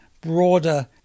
broader